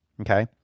okay